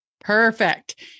Perfect